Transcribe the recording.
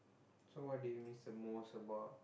so what do you miss the most about